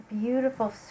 beautiful